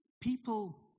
people